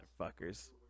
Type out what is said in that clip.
Motherfuckers